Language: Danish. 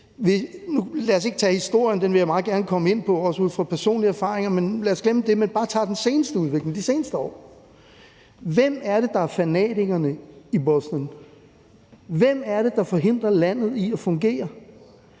lad os ikke tage historien – den vil jeg meget gerne komme ind på, også ud fra personlige erfaringer – men bare tage den seneste udvikling, de seneste år, hvem er det så, der er fanatikerne i Bosnien? Hvem er det, der forhindrer landet i at fungere?